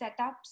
setups